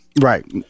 Right